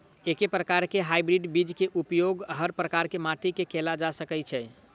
एके प्रकार केँ हाइब्रिड बीज केँ उपयोग हर प्रकार केँ माटि मे कैल जा सकय छै?